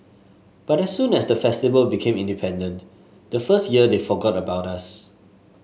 but as soon as the Festival became independent the first year they forgot about us